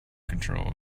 control